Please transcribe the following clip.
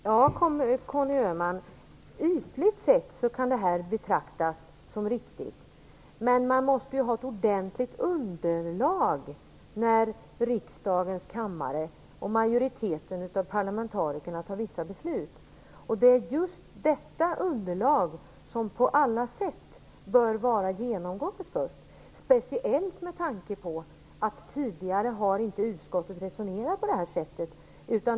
Herr talman! Ytligt sett kan det betraktas som riktigt, Conny Öhman. Men man måste ju ha ett ordentligt underlag när riksdagens kammare och majoriteten av parlamentarikerna fattar vissa beslut. Det är detta underlag som först bör vara genomgånget på alla sätt, speciellt med tanke på att utskottet inte tidigare har resonerat på det här sättet.